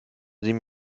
sieh